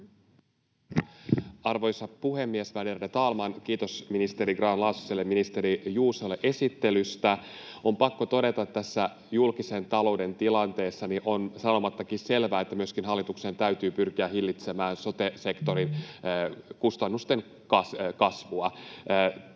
Arvoisa puhemies, värderade talman! Kiitos ministeri Grahn-Laasoselle ja ministeri Juusolle esittelystä. On pakko todeta, että tässä julkisen talouden tilanteessa on sanomattakin selvää, että myöskin hallituksen täytyy pyrkiä hillitsemään sote-sektorin kustannusten kasvua.